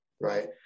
right